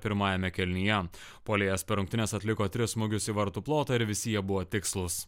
pirmajame kėlinyje puolėjas per rungtynes atliko tris smūgius į vartų plotą ir visi jie buvo tikslus